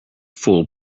fool